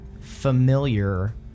familiar